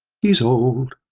he's old,